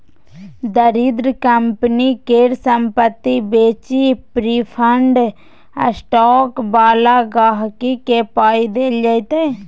दरिद्र कंपनी केर संपत्ति बेचि प्रिफर्ड स्टॉक बला गांहिकी केँ पाइ देल जेतै